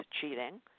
cheating